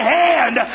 hand